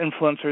influencers